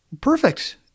Perfect